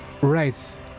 Right